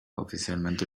oficialmente